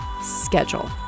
schedule